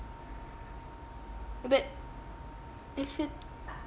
but if it